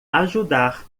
ajudar